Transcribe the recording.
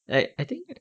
like I think